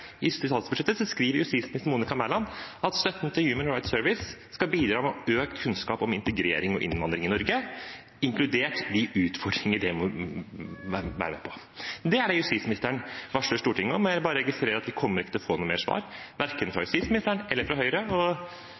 I statsbudsjettet skriver justisminister Monica Mæland at støtten til Human Rights Service skal bidra til økt kunnskap om integrering og innvandring i Norge, inkludert de utfordringer det må bære med seg. Det er det justisministeren varsler Stortinget om, og jeg bare registrerer at vi ikke kommer til å få noe mer svar, verken fra justisministeren eller fra Høyre.